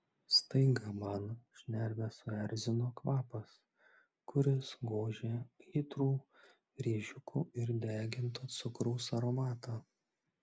staiga man šnerves suerzino kvapas kuris gožė aitrų rėžiukų ir deginto cukraus aromatą